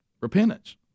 Repentance